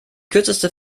kürzeste